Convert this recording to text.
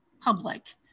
public